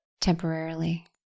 temporarily